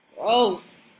Gross